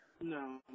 No